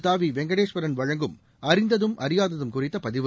த விவெங்கடேஸ்வரன் வழங்கும் அறிந்ததும் அறியாததும் குறித்தபதிவு